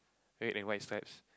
red and white stripes